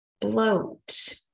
bloat